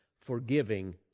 forgiving